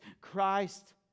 Christ